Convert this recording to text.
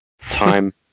time